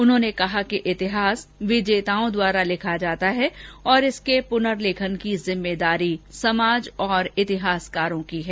उन्होंने कहा कि इतिहास विजेताओं द्वारा लिखा जाता है और इसके पुनर्लेखन की जिम्मेदारी समाज और इतिहासकारों की है